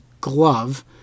glove